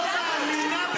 לא נכון.